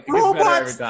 robots